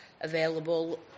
available